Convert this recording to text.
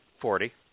Forty